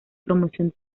promoción